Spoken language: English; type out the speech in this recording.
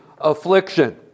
affliction